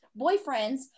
boyfriends